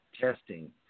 testing